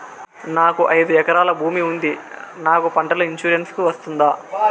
నాకు ఐదు ఎకరాల భూమి ఉంది నాకు పంటల ఇన్సూరెన్సుకు వస్తుందా?